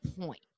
point